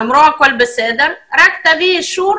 אמרו לו שהכול בסדר ושרק יביא אישור